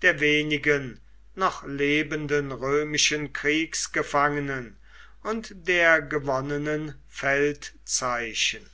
der wenigen noch lebenden römischen kriegsgefangenen und der gewonnenen feldzeichen